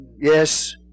yes